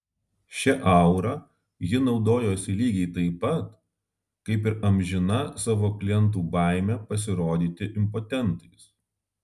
šia aura ji naudojosi lygiai taip pat kaip ir amžina savo klientų baime pasirodyti impotentais